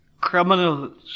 criminals